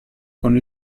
con